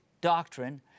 doctrine